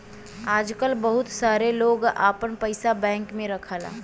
आजकल बहुत सारे लोग आपन पइसा बैंक में रखला